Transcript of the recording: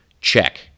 Check